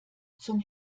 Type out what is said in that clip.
zum